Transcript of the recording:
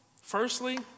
firstly